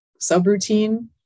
subroutine